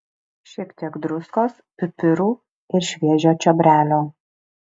šiek tiek druskos pipirų ir šviežio čiobrelio